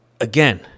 again